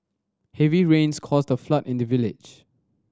heavy rains caused the flood in the village